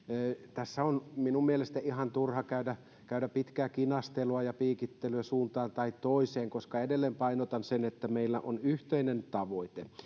tässä on minun mielestäni ihan turha käydä käydä pitää kinastelua ja piikittelyä suuntaan tai toiseen koska edelleen painotan sitä että meillä on yhteinen tavoite